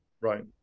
Right